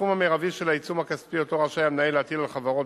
הסכום המרבי של העיצום הכספי שאותו רשאי המנהל להטיל על חברות